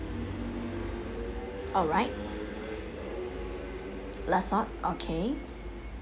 alright less salt okay